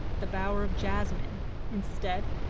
the bower of jasmine instead,